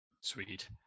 Sweet